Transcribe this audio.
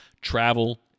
travel